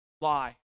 lie